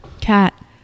cat